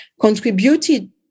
Contributed